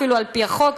אפילו על-פי החוק.